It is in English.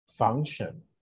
function